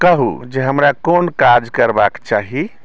कहू जे हमरा कोन काज करबाक चाही